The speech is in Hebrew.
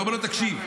אתה אומר לו: תקשיב,